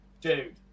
dude